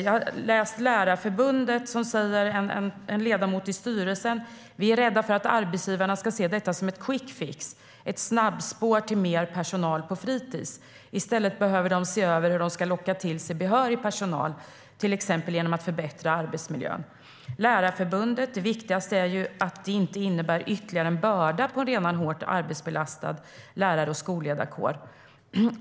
En ledamot i Lärarförbundets styrelse säger att de är rädda för att arbetsgivarna ska se det som en quickfix, ett snabbspår till mer personal på fritis, och att arbetsgivarna i stället behöver se över hur de ska locka till sig behörig personal, till exempel genom att förbättra arbetsmiljön. Lärarförbundet säger också att det viktigaste är att det inte lägger ytterligare börda på en redan hårt arbetsbelastad lärar och skolledarkår.